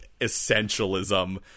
essentialism